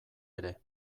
ere